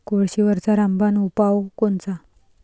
कोळशीवरचा रामबान उपाव कोनचा?